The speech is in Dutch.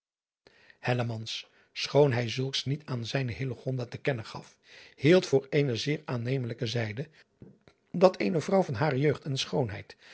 schoon hij zulks niet aan zijne te kennen gaf hield voor eene zeer annemelijke zijde dat eene vrouw van hare jeugd en schoonheid